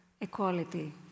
equality